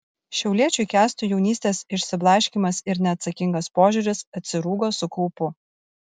šiauliečiui kęstui jaunystės išsiblaškymas ir neatsakingas požiūris atsirūgo su kaupu